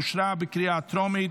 אושרה בקריאה טרומית,